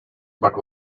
but